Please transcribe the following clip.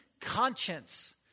conscience